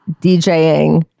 DJing